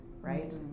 right